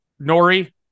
Nori